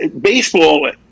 baseball